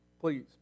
please